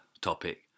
topic